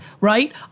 right